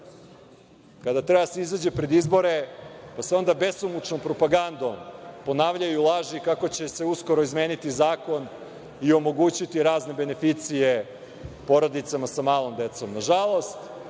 kada treba da se izađe pred izbore, pa se onda besomučnom propagandom ponavljaju laži kako će se uskoro izmeniti zakon i omogućiti razne beneficije porodicama sa malom decom Nažalost,